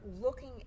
looking